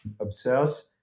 obsess